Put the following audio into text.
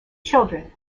children